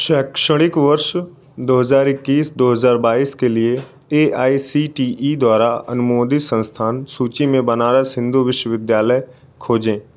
शैक्षणिक वर्ष दो हज़ार इक्कीस दो हज़ार बाईस के लिए A I C T E द्वारा अनुमोदित संस्थान सूची में बनारस हिन्दू विश्वविद्यालय खोजें